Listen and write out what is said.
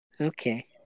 Okay